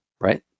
right